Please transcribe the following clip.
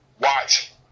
watch